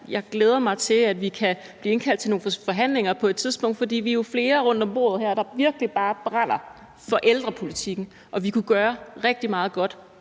Jeg glæder mig til, at vi kan blive indkaldt til nogle forhandlinger på et tidspunkt, for vi er jo flere rundt om bordet her, der virkelig bare brænder for ældrepolitikken, og vi kunne gøre rigtig meget godt